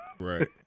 Right